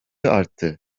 arttı